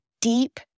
deep